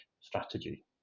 strategy